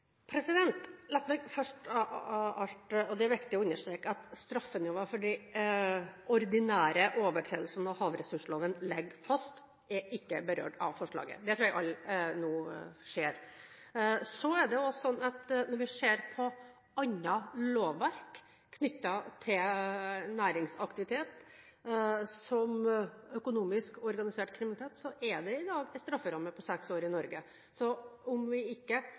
meg først av alt understreke – og det er viktig – at straffenivået for de ordinære overtredelsene av havressursloven ligger fast og ikke er berørt av forslaget. Det tror jeg alle nå ser. Så er det også annet lovverk knyttet til næringsaktivitet. For økonomisk organisert kriminalitet er det i dag en strafferamme på seks år i Norge. Så om vi ikke